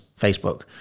facebook